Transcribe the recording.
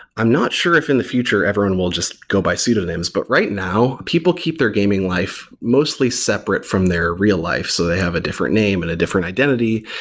i'm not sure if in the future everyone will just go by pseudonyms. but right now, people keep their gaming life mostly separate from their real-life. so they have a different name and a different identity,